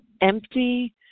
empty